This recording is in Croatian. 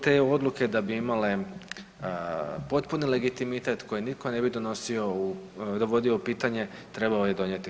Te odluke da bi imale potpuni legitimitet, koje niko ne bi donosio u, dovodio u pitanje, trebao je donijeti HS.